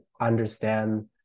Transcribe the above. understand